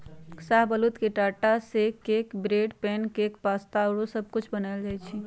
शाहबलूत के टा से cake, bread, pancake, pasta आउरो सब कुछ बनायल जाइ छइ